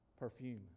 Perfume